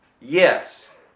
Yes